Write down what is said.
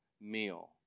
meal